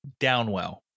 Downwell